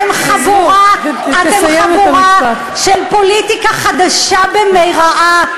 אתם חבורה של פוליטיקה חדשה במירעה.